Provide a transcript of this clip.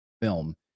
film